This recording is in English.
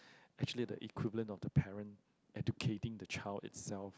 actually the equivalent of the parent educating the child itself